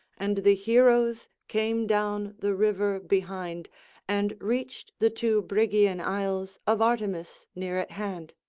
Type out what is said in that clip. and the heroes came down the river behind and reached the two brygean isles of artemis near at hand.